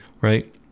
right